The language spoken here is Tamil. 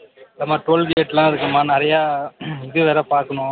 இல்லைமா டோல்கேட்லாம் இருக்குமா நிறையா இது வேறு பார்க்குணும்